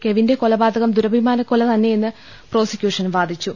കെവിന്റെ കൊലപാതകം ദുരഭിമാനക്കൊല തന്നെയെന്ന് പ്രോസിക്യൂഷൻ വാദിച്ചു